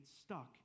stuck